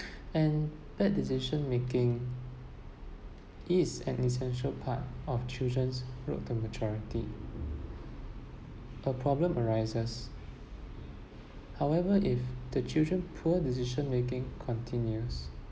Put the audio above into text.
and bad decision making is an essential part of children's road to maturity the problem arises however if the children poor decision making continues